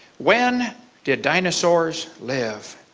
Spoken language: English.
when did dinosaurs live?